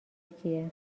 کیه